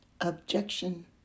Objection